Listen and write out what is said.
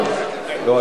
לא,